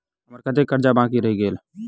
हम्मर कत्तेक कर्जा बाकी रहल गेलइ?